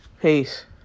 Peace